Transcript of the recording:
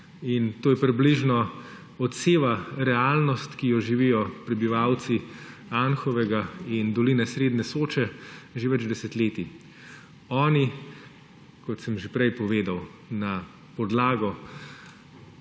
in to približno odseva realnost, ki jo živijo prebivalci Anhovega in doline srednje Soče že več desetletij. Oni, kot sem že prej povedal, na podlago